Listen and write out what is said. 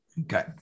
Okay